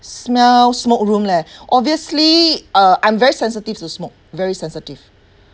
smell smoke room leh obviously uh I'm very sensitive to smoke very sensitive